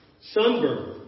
Sunburn